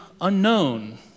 unknown